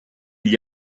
gli